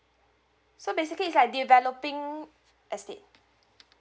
so basically is like developing estate